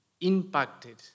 impacted